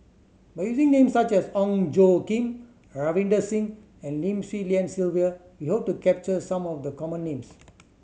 by using names such as Ong Tjoe Kim Ravinder Singh and Lim Swee Lian Sylvia we hope to capture some of the common names